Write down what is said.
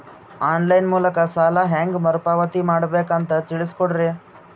On line ಮೂಲಕ ಸಾಲ ಹೇಂಗ ಮರುಪಾವತಿ ಮಾಡಬೇಕು ಅಂತ ತಿಳಿಸ ಕೊಡರಿ?